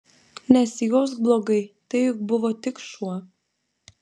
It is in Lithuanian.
nesijausk blogai tai juk buvo tik šuo